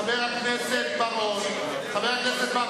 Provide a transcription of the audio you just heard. חבר הכנסת בר-און,